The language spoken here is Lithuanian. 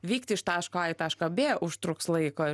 vykti iš taško a į tašką b užtruks laiko